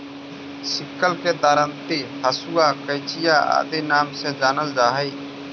sickle के दरांति, हँसुआ, कचिया आदि नाम से जानल जा हई